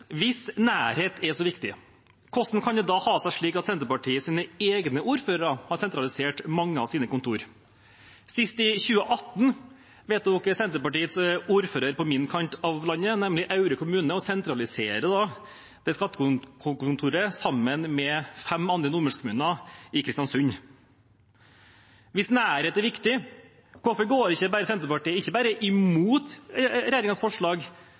Hvis nærhet er så viktig, hvordan kan det da ha seg slik at Senterpartiets egne ordførere har sentralisert mange av sine kontor? Sist i 2018 vedtok Senterpartiets ordfører på min kant av landet, nemlig Aure kommune, sammen med fem andre nordmørskommuner, å sentralisere skattekontoret i Kristiansund. Hvis nærhet er viktig, hvorfor går ikke Senterpartiet bare imot regjeringens forslag,